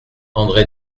andré